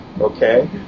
Okay